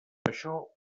això